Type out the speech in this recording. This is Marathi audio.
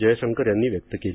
जयशंकर यांनी व्यक्त केली